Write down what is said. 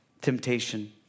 temptation